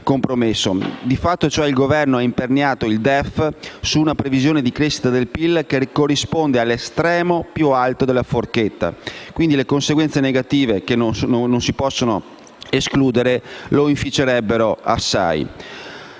Di fatto, il Governo ha imperniato il DEF su una previsione di crescita del PIL che corrisponde all'estremo più alto della forchetta, quindi, le conseguenze negative, che non si possono escludere, lo inficerebbero assai.